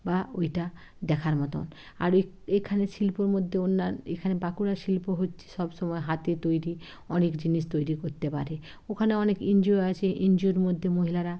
বা ওইটা দেখার মতন আর ওই এখানে শিল্পর মধ্যে অন্যান্য এখানে বাঁকুড়ার শিল্প হচ্ছে সবসময় হাতে তৈরি অনেক জিনিস তৈরি করতে পারে ওখানে অনেক এনজিও আছে এনজিওর মধ্যে মহিলারা